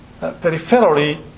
peripherally